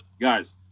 Guys